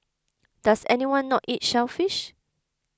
does anyone not eat shellfish